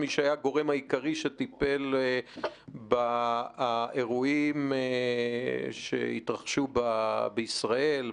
כמי שהיה הגורם העיקרי שטיפל באירועים שהתרחשו בישראל,